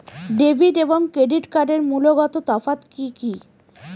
Debit এবং credit কার্ডের মূলগত তফাত কি কী?